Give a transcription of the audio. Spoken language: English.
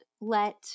let